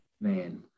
Man